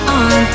on